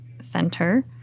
Center